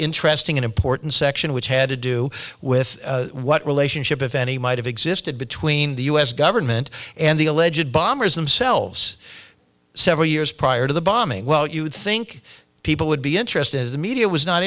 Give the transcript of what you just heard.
interesting and important section which had to do with what relationship if any might have existed between the u s government and the alleged bombers themselves several years prior to the bombing well you would think people would be interested in the media was not